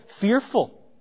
fearful